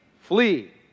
flee